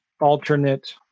alternate